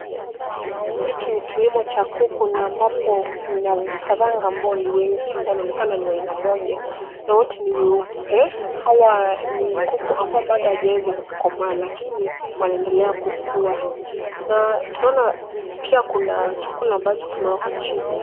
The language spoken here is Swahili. Hiki ni kilimo cha kuku na ambapo kuna vifaranga ambao ni wengi; wanaonekana ni wa aina moja na wote ni weupe. Hawa ni kuku ambao bado hawajaweza kukomaa lakini wanaendelea kukua. Na tunaona pia kuna chakula ambacho kimewekwa chini.